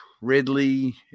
Ridley